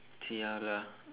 see how lah